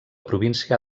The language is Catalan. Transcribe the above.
província